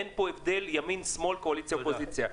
אין פה הבדל בין ימין ושמאל, קואליציה ואופוזיציה.